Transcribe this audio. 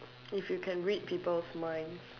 if you can read people's mind